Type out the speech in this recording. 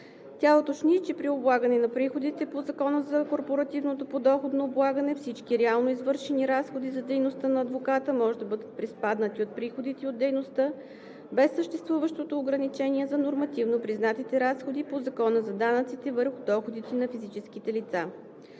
Тя уточни, че при облагане на приходите по Закона за корпоративното подоходно облагане всички реално извършени разходи за дейността на адвоката може да бъдат приспаднати от приходите от дейността без съществуващото ограничение за нормативно-признатите разходи по Закона за данъците върху доходите на физическите лица.